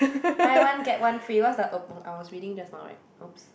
buy one get one free what's the oh I was reading just now right oops